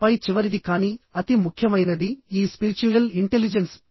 ఆపై చివరిది కానీ అతి ముఖ్యమైనది ఈ స్పిరిచ్యుయల్ ఇంటెలిజెన్స్